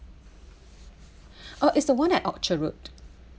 oh it's the one at orchard road